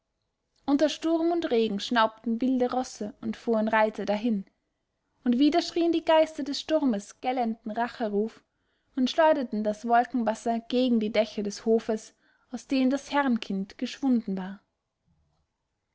unter sturm und regen schnaubten wilde rosse und fuhren reiter dahin und wieder schrien die geister des sturmes gellenden racheruf und schleuderten das wolkenwasser gegen die dächer des hofes aus dem das herrenkind geschwunden war